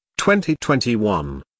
2021